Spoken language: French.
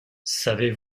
savez